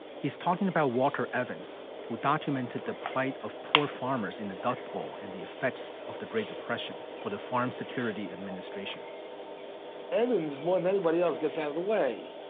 he's talking about walter evans, who documented the plight of poor farmers in the dust bowl and the effects of the great depression for the farm security administration evans more than anybody else, gets out of the way.